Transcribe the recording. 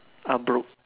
I'm broke